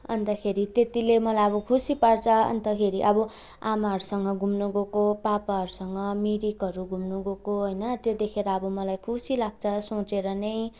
अन्तखेरि त्यतिले मलाई अब खुसी पार्छ अन्तखेरि अब आमाहरूसँग घुम्नु गएको पापाहरूसँग मिरिकहरू घुम्नु गएको होइन त्यतिखेर अब मलाई खुसी लाग्छ सोचेर नै